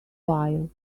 while